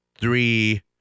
three